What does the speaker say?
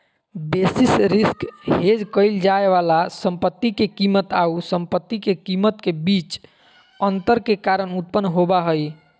basis risk hedge क़इल जाय वाला संपत्ति के कीमत आऊ संपत्ति के कीमत के बीच अंतर के कारण उत्पन्न होबा हइ